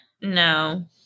No